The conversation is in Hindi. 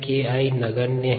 KI नगण्य है